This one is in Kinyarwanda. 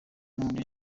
n’undi